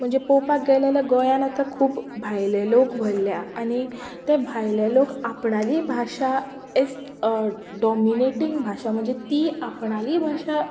म्हणचे पळोवपाक गेले जाल्यार गोंयांत आतां खूब भायले लोक भल्ल्या आनी ते भायले लोक आपणाली भाशा एज डोमिनेटींग भाशा म्हणचे ती आपणाली भाशा